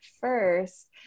first